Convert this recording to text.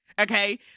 Okay